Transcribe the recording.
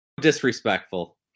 Disrespectful